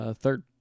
Third